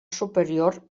superior